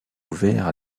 ouvert